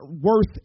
worth